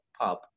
pub